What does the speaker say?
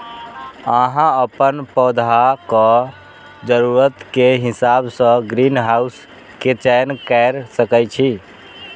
अहां अपन पौधाक जरूरत के हिसाब सं ग्रीनहाउस के चयन कैर सकै छी